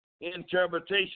interpretation